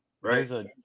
right